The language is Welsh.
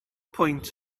pwynt